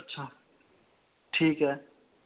अच्छा ठीक ऐ